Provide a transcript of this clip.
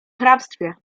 hrabstwie